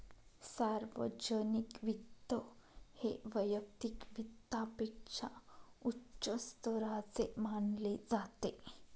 सार्वजनिक वित्त हे वैयक्तिक वित्तापेक्षा उच्च स्तराचे मानले जाते